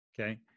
Okay